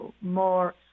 more